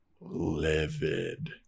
livid